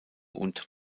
und